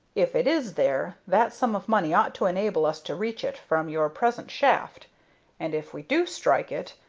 if it is there, that sum of money ought to enable us to reach it from your present shaft and if we do strike it,